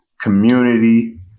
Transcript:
community